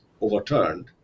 overturned